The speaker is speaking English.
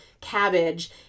cabbage